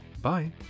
bye